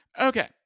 okay